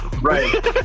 Right